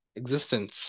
Existence